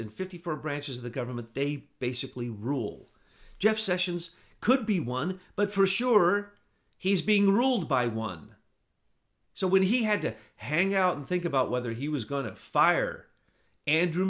and fifty four branches of the government they basically rule jeff sessions could be one but first sure he's being ruled by one so when he had to hang out and think about whether he was going to fire andrew